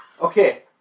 Okay